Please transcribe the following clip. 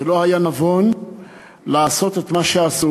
זה לא היה נבון לעשות את מה שעשו.